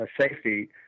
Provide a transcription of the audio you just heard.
safety